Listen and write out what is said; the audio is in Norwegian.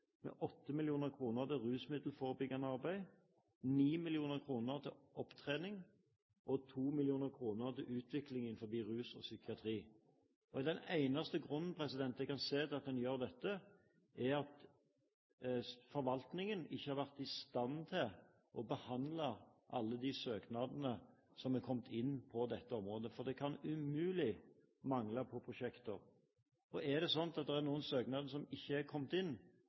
med 8 mill. kr til rusmiddelforebyggende arbeid, 9 mill. kr til opptrening og 2 mill. kr til utviklingstiltak innen rus og psykiatri. Den eneste grunnen jeg kan se til at man gjør dette, er at forvaltningen ikke har vært i stand til å behandle alle de søknadene som er kommet inn på dette området, for det kan umulig mangle på prosjekter. Og er det slik at det er noen søknader som ikke er kommet